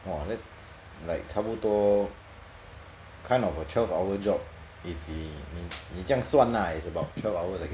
!wah! that's like 差不多 kind of a twelve hour job if 你你你这样算 lah it's about twelve hour I guess